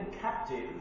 captive